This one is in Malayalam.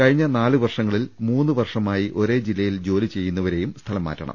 കഴിഞ്ഞ നാല് വർഷങ്ങ ളിൽ മൂന്നുവർഷമായി ഒരേ ജില്ലയിൽ ജോലിചെയ്തവരെയും സ്ഥലംമാറ്റ ണം